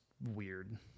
weird